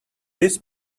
this